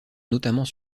notamment